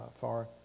far